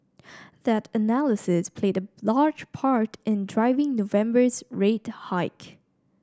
that analysis played a large part in driving November's rate hike